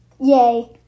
Yay